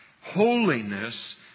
Holiness